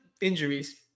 injuries –